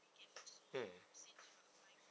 mm